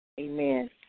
Amen